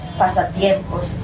pasatiempos